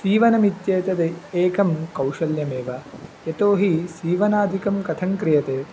सीवनम् इत्येतद् एकं कौशल्यमेव यतोहि सीवनादिकं कथङ्क्रियते